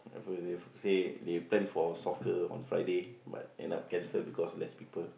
at first they say they plan for soccer on Friday but end up cancel because less people